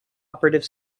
operative